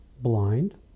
blind